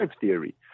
theory